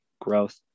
growth